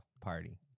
party